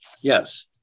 Yes